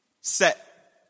set